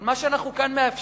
אבל מה שאנחנו כאן מאפשרים,